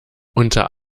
unter